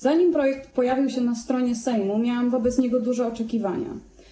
Zanim projekt pojawił się na stronie Sejmu, miałam wobec niego duże oczekiwania.